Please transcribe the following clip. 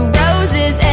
roses